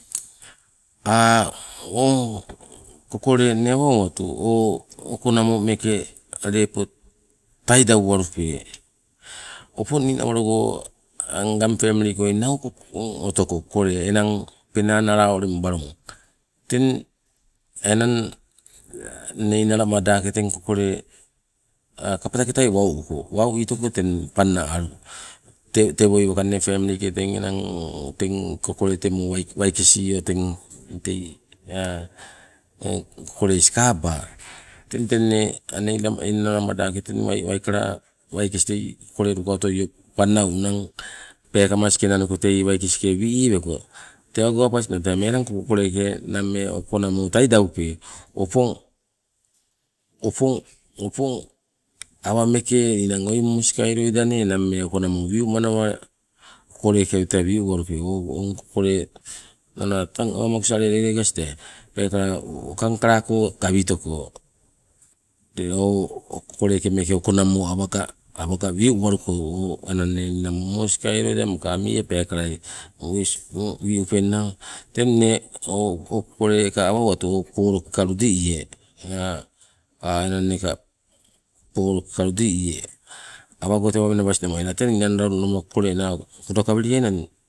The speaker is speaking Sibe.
o kokole inne awa owatu o okonamo meeke lepo taidau walupe, opong ninawalogo aa ngang pemili koi nau otoko kokole enang penang nala uleng balung teng enang inne innalamadake teng kokole kapataketai wau uko, teng wau itoko panna alu, tewoi wakanne pemilike teng enang teng kokole temo waikesio tei kokole sikaba. Teng tenne anne innalamadake teng waiwaikala waikes tei kokole lukauto'io panna unang tenne waikeske wi'i weko, tewango apasno tee melang tee kokole okonamo taidau pee opong opong opong awa meeke ninang oi moskai loida nee nammee okonamo wi'umanawa kokoleke tee wi'uwalupe. O kokole nala ama ama kosa lelegas tee peekela wakang kalako gawitoko. Tee o kokoleke meeke okonamo awanga, awanga meeke wi'uwaluko o enanne ninang moskai loida o amie peekalai wi'upenawa, teng inne o kokole awa owatu o polo keka liduie enanneka polokeka liduie. Awago tewa menabas tomai late lama ninang kokolena kudakaweliaingna.